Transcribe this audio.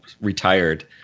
retired